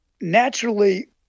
naturally